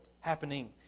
happening